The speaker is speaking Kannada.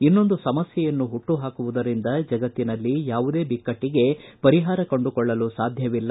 ಇನ್ನೊಂದು ಸಮಸ್ಕೆಯನ್ನು ಹುಟ್ಟಹಾಕುವುದರಿಂದ ಜಗತ್ತಿನಲ್ಲಿ ಯಾವುದೇ ಬಿಕ್ಕಟ್ಟಿಗೆ ಪರಿಹಾರ ಕಂಡುಕೊಳ್ಳಲು ಸಾಧ್ಯವಿಲ್ಲ